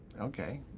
Okay